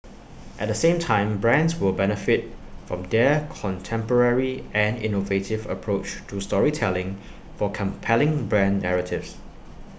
at the same time brands will benefit from their contemporary and innovative approach to storytelling for compelling brand narratives